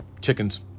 Chickens